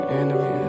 enemy